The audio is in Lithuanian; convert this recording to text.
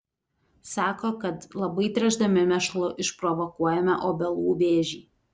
sako kad labai tręšdami mėšlu išprovokuojame obelų vėžį